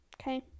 okay